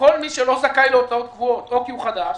שכל מי שלא זכאי להוצאות קבועות, כי הוא חדש,